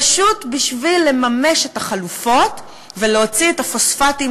פשוט בשביל לממש את החלופות ולהוציא את הפוספטים